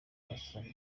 murasabwa